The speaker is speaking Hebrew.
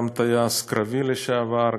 הוא גם טייס קרבי לשעבר,